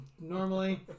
normally